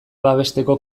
babesteko